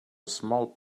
small